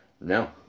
No